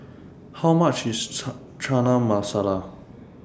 How much IS Chana Masala